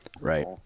Right